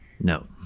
No